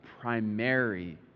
primary